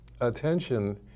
attention